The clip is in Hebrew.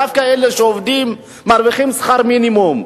דווקא אלה שעובדים מרוויחים שכר מינימום.